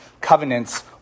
covenants